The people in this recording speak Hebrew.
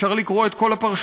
אפשר לקרוא את כל הפרשנים,